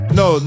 no